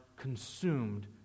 consumed